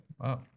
Wow